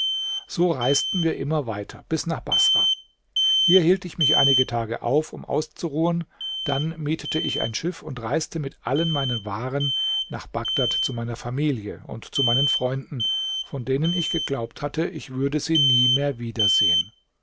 so reisten wir immer weiter bis nach baßrah hier hielt ich mich einige tage auf um auszuruhen dann mietete ich ein schiff und reiste mit allen meinen waren nach bagdad zu meiner familie und zu meinen freunden von denen ich geglaubt hatte ich würde sie nie mehr wieder